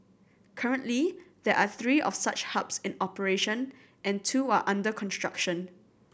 currently there are three of such hubs in operation and two are under construction